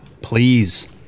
Please